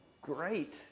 great